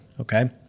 okay